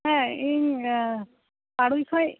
ᱦᱮᱸ ᱤᱧ ᱯᱟᱸᱲᱩᱭ ᱠᱷᱚᱱ